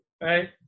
Right